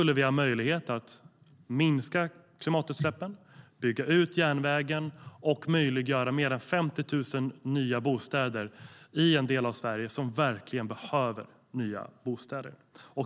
Då har vi möjlighet att minska klimatutsläppen, bygga ut järnvägen och möjliggöra fler än 50 000 nya bostäder i en del av Sverige som verkligen behöver nya bostäder.